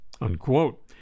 Unquote